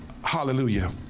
Hallelujah